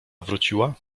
wróciła